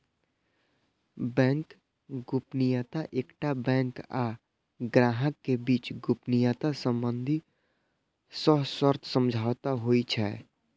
bank गोपनीयता एकटा bank आ ग्राहक के बीच गोपनीयता संबंधी सशर्त समझौता होइ छै